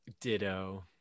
ditto